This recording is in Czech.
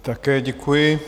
Také děkuji.